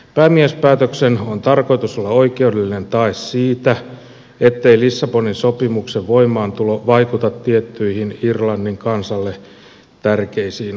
päämiespäätöksen on tarkoitus olla oikeudellinen tae siitä ettei lissabonin sopimuksen voimaantulo vaikuta tiettyihin irlannin kansalle tärkeisiin asioihin